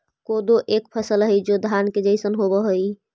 कोदो एक फसल हई जो धान के जैसन होव हई